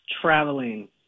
traveling